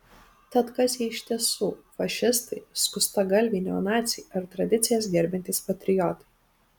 tad kas jie iš tiesų fašistai skustagalviai neonaciai ar tradicijas gerbiantys patriotai